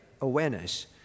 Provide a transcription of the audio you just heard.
Awareness